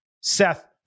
Seth